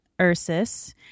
Ursus